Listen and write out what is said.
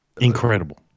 incredible